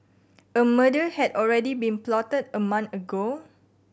a murder had already been plotted a month ago